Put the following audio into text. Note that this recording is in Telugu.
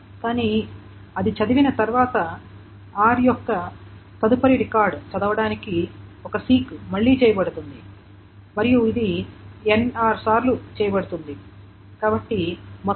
కానీ అది చదివిన తర్వాత r యొక్క తదుపరి రికార్డ్ చదవటానికి ఒక సీక్ మళ్లీ చేయబడుతుంది మరియు ఇది nr సార్లు చేయబడుతుంది కాబట్టి మొత్తం సీక్ ల సంఖ్య 2nr